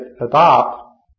adopt